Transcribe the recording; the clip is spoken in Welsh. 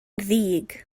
ddig